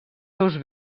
seus